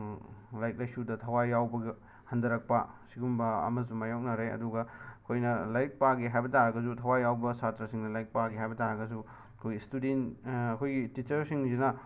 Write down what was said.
ꯂꯥꯏꯔꯤꯛ ꯂꯥꯏꯁꯨꯗ ꯊꯋꯥꯏ ꯌꯥꯎꯕꯒ ꯍꯟꯊꯔꯛꯄ ꯁꯤꯒꯨꯝꯕ ꯑꯃꯁꯨ ꯃꯥꯌꯣꯛꯅꯔꯦ ꯑꯗꯨꯒ ꯑꯩꯈꯣꯏꯅ ꯂꯥꯏꯔꯤꯛ ꯄꯥꯒꯦ ꯍꯥꯏꯕ ꯇꯥꯔꯒꯁꯨ ꯊꯋꯥꯏ ꯌꯥꯎꯕ ꯁꯥꯇ꯭ꯔꯁꯤꯡꯅ ꯂꯥꯏꯔꯤꯛ ꯄꯥꯒꯦ ꯍꯥꯏꯕ ꯇꯥꯔꯒꯁꯨ ꯑꯩꯈꯣꯏ ꯁ꯭ꯇꯨꯗꯦꯟ ꯑꯩꯈꯣꯏꯒꯤ ꯇꯤꯆꯔꯁꯤꯡꯁꯤꯅ